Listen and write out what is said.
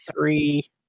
three